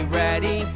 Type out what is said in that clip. ready